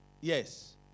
Yes